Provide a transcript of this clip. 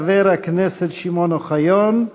חבר הכנסת שמעון אוחיון,